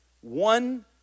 one